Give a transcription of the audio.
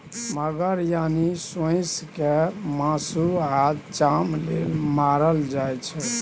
मगर यानी सोंइस केँ मासु आ चाम लेल मारल जाइ छै